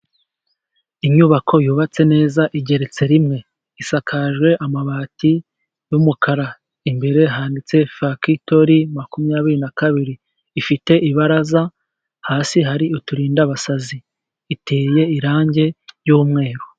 Inyubako yubatse neza igeretse rimwe, isakajwe amabati y'umukara, imbere handitse fakitori makumyabiri na kabiri, ifite ibaraza hasi hari uturinda abasazi iteye irangi ry'umweru.